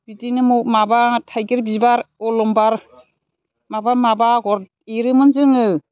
बिदिनो माबा थाइगिर बिबार अलंबार माबा माबा आगर एरोमोन जोङो